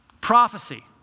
Prophecy